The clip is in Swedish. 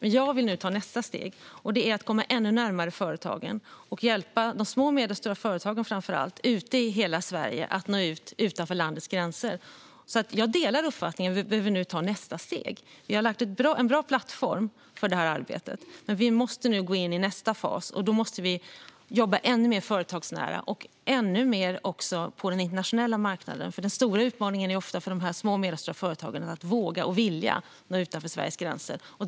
Jag vill nu ta nästa steg, vilket är att komma ännu närmare företagen och hjälpa framför allt de små och medelstora företagen ute i hela Sverige att nå ut utanför landets gränser. Jag delar alltså uppfattningen att vi nu behöver ta nästa steg. Vi har lagt en bra plattform för det här arbetet, men vi måste nu gå in i nästa fas. Då måste vi jobba ännu mer företagsnära - och även ännu mer på den internationella marknaden. Den stora utmaningen för de små och medelstora företagen är nämligen ofta att våga och vilja nå utanför Sveriges gränser.